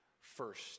first